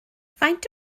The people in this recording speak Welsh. faint